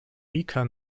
weaker